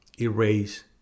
erase